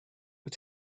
wyt